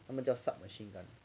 他们叫 sub machine gun